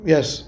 Yes